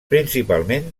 principalment